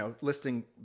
listing